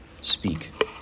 speak